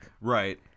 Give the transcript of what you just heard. Right